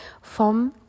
vom